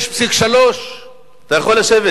אני מתנצל.